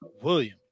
William